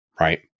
Right